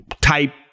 type